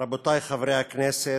רבותי חברי הכנסת,